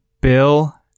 Bill